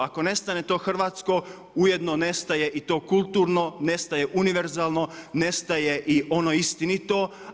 Ako nestane to hrvatsko ujedno nestaje i to kulturno, nestaje univerzalno, nestaje i ono istinito.